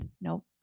Nope